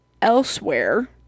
Elsewhere